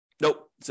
Nope